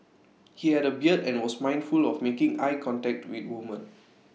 he had A beard and was mindful of making eye contact with woman